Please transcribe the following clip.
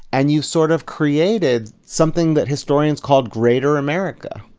and you've sort of created something that historians called greater america.